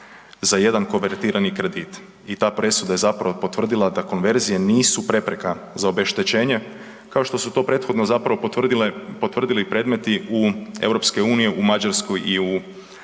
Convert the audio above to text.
za jedan konvertirani kredit i ta presuda je potvrdila da konverzije nisu prepreka za obeštećenje kao što su prethodno potvrdili predmeti EU u Mađarskoj i u